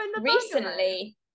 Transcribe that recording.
recently